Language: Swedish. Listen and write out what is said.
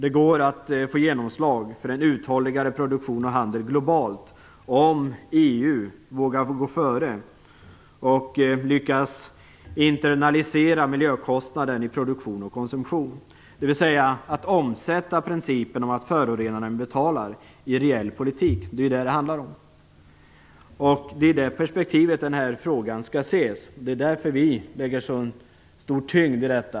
Det går att få genomslag för en uthålligare produktion och handel globalt, om EU vågar gå före och lyckas internalisera miljökostnaden i produktion och konsumtion, dvs. att i reell politik omsätta principen om att förorenaren betalar. Det är det som det handlar om. Det är i det perspektivet den här frågan skall ses. Det är därför vi lägger så stor tyngd i detta.